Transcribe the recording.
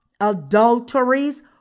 adulteries